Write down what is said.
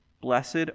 blessed